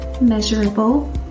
Measurable